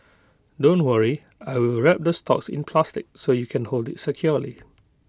don't worry I will wrap the stalks in plastic so you can hold IT securely